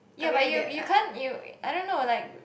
ya but you you can't you I don't know like